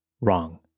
Wrong